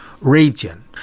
region